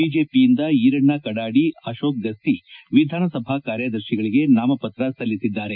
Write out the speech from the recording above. ಬಿಜೆಪಿಯಿಂದ ಈರಣ್ಣ ಕಡಾಡಿ ಅಶೋಕ್ ಗಸ್ತಿ ವಿಧಾನಸಭಾ ಕಾರ್ಯದರ್ಶಿಗಳಿಗೆ ನಾಮಪತ್ರ ಸಲ್ಲಿಸಿದ್ದಾರೆ